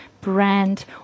brand